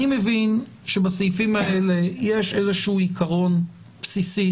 אני מבין שבסעיפים האלה יש איזשהו עיקרון בסיסי,